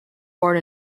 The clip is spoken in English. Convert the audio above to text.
born